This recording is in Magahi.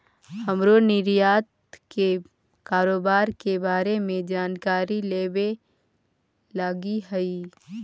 हमरो निर्यात के कारोबार के बारे में जानकारी लेबे लागी हई